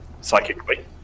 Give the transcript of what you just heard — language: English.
psychically